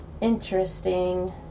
interesting